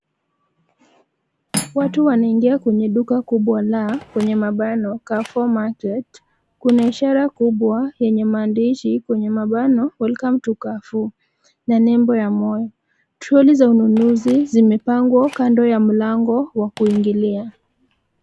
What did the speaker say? Watu wanaingia kwenye duka kubwa la, kwenye mabano kaa for market. Kuna ishara kubwa yenye maandishi kwenye mabano welcome to kafu na nembo ya moyo. Shughuli za ununuzi zimepangwa kando ya mlango wa kuingilia.